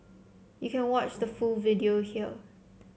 you can watch the full video here